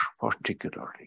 particularly